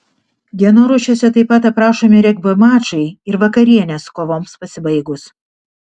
dienoraščiuose taip pat aprašomi regbio mačai ir vakarienės kovoms pasibaigus